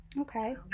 Okay